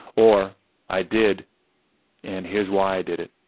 or i did and here's why i did it.